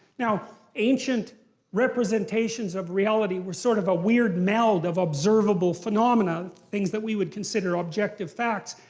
now, ancient representations of reality were sort of a weird meld of observable phenomena, the things that we would consider objective facts,